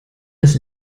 das